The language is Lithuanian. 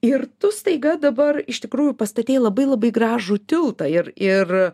ir tu staiga dabar iš tikrųjų pastatei labai labai gražų tiltą ir ir